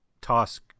toss